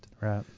right